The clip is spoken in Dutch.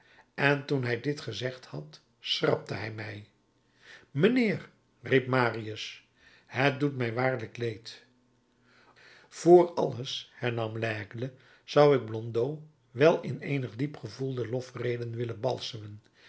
en toen hij dit gezegd had schrapte hij mij mijnheer riep marius het doet mij waarlijk leed vr alles hernam l'aigle zou ik blondeau wel in eenige diep gevoelde lofredenen willen balsemen